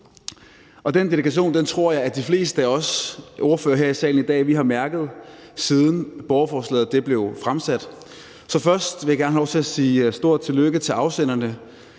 den dedikation tror jeg at de fleste af os ordførere her i salen her i dag har mærket, siden borgerforslaget blev stillet. Så først vil jeg gerne have lov til at sige stort tillykke til stillerne